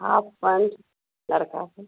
half pant लड़का का